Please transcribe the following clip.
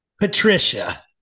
Patricia